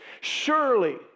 surely